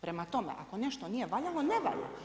Prema tome, ako nešto nije valjalo, ne valja.